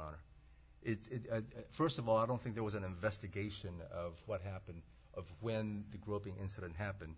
honor it's first of all i don't think there was an investigation of what happened of when the groping incident happened